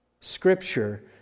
Scripture